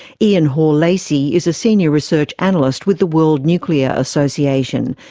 ian hore-lacy is a senior research analyst with the world nuclear association,